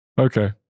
Okay